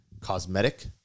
cosmetic